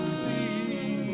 see